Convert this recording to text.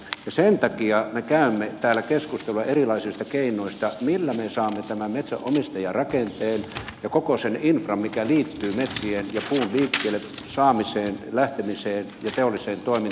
sen takia me käymme täällä keskustelua erilaisista keinoista millä me saamme tämän metsänomistajarakenteen ja koko sen infran mikä liittyy metsien ja puun liikkeelle lähtemiseen teolliseen toimintaan